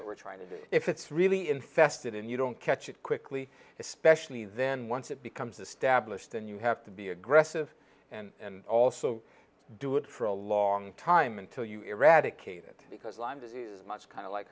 what we're trying to do if it's really infested and you don't catch it quickly especially then once it becomes established then you have to be aggressive and also do it for a long time until you eradicate it because lyme disease is much kind of like